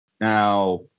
Now